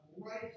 right